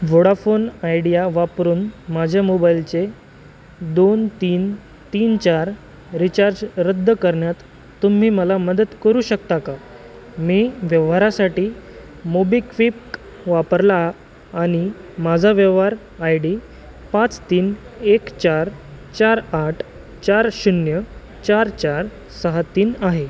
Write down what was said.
Vodafone Idea वापरून माझ्या मोबाइलचे दोन तीन तीन चार रिचार्ज रद्द करण्यात तुम्ही मला मदत करू शकता का मी व्यवहारासाठी मोबीक्विक्क् वापरला आणि माझा व्यवहार आय डी पाच तीन एक चार चार आठ चार शून्य चार चार सहा तीन आहे